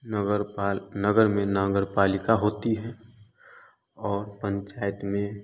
नगर पाल नगर में नगर पालिका होती है और पंचायत में